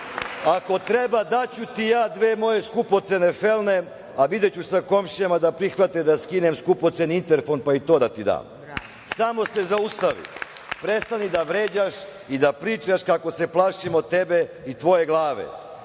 Ako treba, daću ti ja dve moje skupocene felne, a videću sa komšijama da prihvate da skinem skupoceni interfon, pa i to da ti dam. Samo se zaustavi, prestani da vređaš i da pričaš kako se plašimo tebe i tvoje glave,